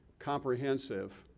comprehensive,